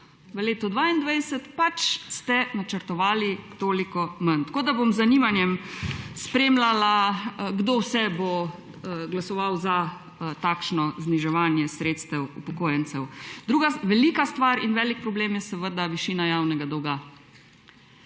v letu 2022 ste pač načrtovali toliko manj. Tako da bom z zanimanjem spremljala, kdo vse bo glasoval za takšno zniževanje sredstev upokojencev. Druga velika stvar in velik problem je seveda višina javnega dolga.